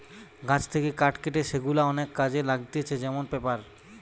গাছ থেকে কাঠ কেটে সেগুলা অনেক কাজে লাগতিছে যেমন পেপার